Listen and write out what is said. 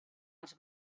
els